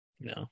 No